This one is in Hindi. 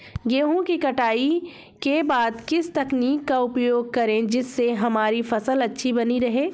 गेहूँ की कटाई के बाद किस तकनीक का उपयोग करें जिससे हमारी फसल अच्छी बनी रहे?